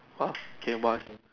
!woah! can what eh